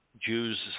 Jews